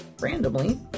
randomly